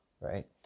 right